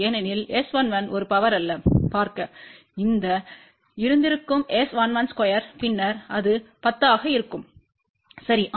ஏனெனில் S11ஒரு பவர் அல்ல பார்க்க இந்த இருந்திருக்கும் S112பின்னர் அது 10 ஆக இருக்கும் சரி